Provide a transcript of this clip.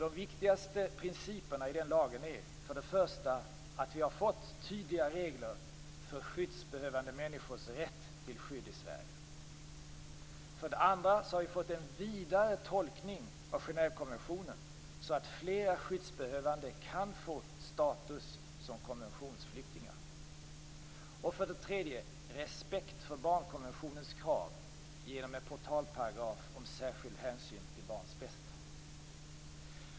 De viktigaste principerna i den lagen är: För det första: Vi har fått tydliga regler för skyddsbehövande människors rätt till skydd i Sverige. För det andra: Vi har fått en vidare tolkning av Genèvekonventionen så att flera skyddsbehövande kan få status som konventionsflyktingar. För det tredje: Vi har fått respekt för barnkonventionens krav genom en portalparagraf om särskild hänsyn till barns bästa.